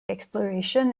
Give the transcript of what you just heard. exploration